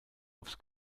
aufs